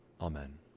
Amen